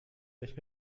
nicht